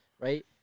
right